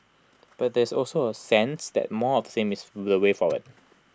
but there is also A sense that more of the same is the way forward